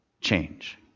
change